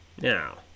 Now